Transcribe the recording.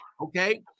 okay